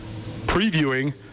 previewing